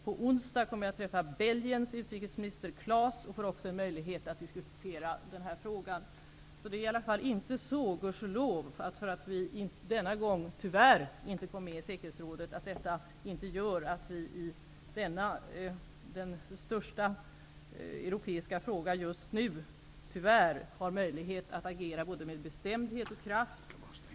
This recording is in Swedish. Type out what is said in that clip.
På onsdag kommer jag att träffa Belgiens utrikesminister Claes och får även då möjlighet att diskutera denna fråga. Det är alltså gudskelov inte så att vi, därför att vi denna gång tyvärr inte kom med i säkerhetsrådet, inte har möjlighet att i denna den just nu tyvärr största europeiska frågan agera med bestämdhet och kraft.